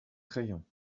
crayon